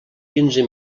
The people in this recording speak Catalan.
quinze